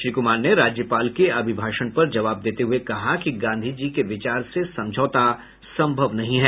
श्री कुमार ने राज्यपाल के अभिभाषण पर जवाब देते हुये कहा कि गांधी जी के विचार से समझौता सम्भव नहीं है